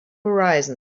horizon